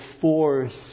force